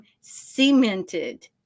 cemented